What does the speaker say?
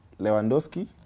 Lewandowski